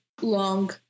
long